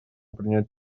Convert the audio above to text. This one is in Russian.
принять